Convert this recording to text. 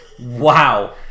Wow